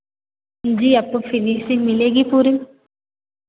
जी आपको फिनिशिंग मिलेगी पूरी